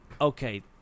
okay